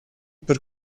per